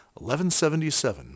1177